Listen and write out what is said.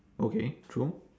okay true